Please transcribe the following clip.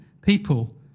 people